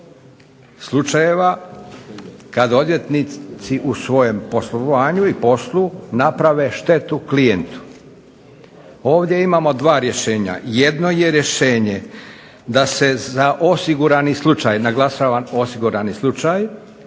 slučajeva kad odvjetnici u svojem poslovanju i poslu naprave štetu klijentu. Ovdje imamo 2 rješenja. Jedno je rješenje da se za osigurani slučaj, naglašavam osigurani slučaj,